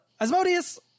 Asmodeus